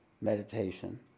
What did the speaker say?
meditation